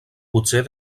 potser